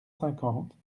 cinquante